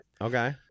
Okay